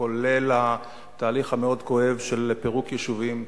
כולל התהליך המאוד-כואב של פירוק יישובים.